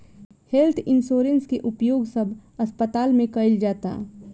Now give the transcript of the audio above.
health insurance के उपयोग सब अस्पताल में कईल जाता